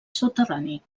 soterrani